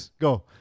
Go